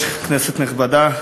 כנסת נכבדה,